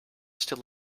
still